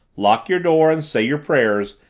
lock your door and say your prayers,